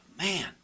man